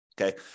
Okay